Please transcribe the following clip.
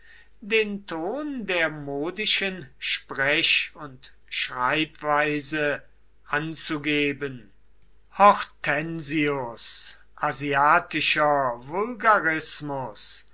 den ton der modischen sprech und schreibweise anzugeben hortensius asiatischer